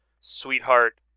sweetheart